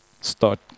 start